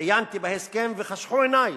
עיינתי בהסכם, וחשכו עיני.